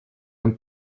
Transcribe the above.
même